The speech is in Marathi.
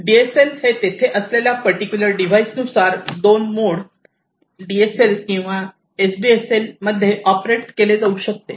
आहेत DSL हे तेथे असलेल्या पर्टिक्युलर डिव्हाइसनुसार 2 मोड एडीएसएल किंवा एसडीएसएलमध्ये ऑपरेट केले जाऊ शकते